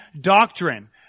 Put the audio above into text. doctrine